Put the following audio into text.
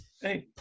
Hey